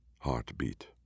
heartbeat